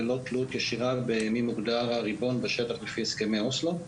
בלא תלות ישירה במי מוגדר הריבון בשטח לפי הסכמי אוסלו.